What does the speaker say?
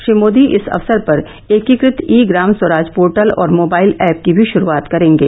श्री मोदी इस अवसर पर एकीकृत ई ग्राम स्वराज पोर्टल और मोबाइल ऐप की भी शुरूआत करेंगे